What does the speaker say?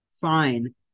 fine